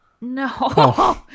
No